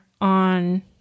on